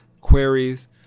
queries